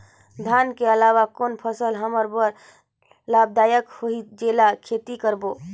धान के अलावा कौन फसल हमर बर लाभदायक होही जेला खेती करबो?